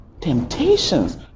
temptations